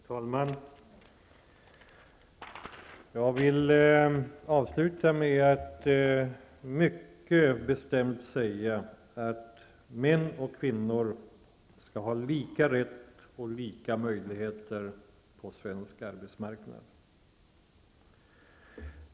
Herr talman! Jag vill avsluta med att mycket bestämt säga att män och kvinnor skall ha lika rätt och lika möjligheter på svensk arbetsmarknad.